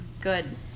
Good